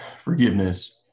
forgiveness